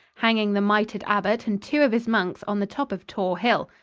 hanging the mitered abbot and two of his monks on the top of tor hill.